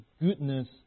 goodness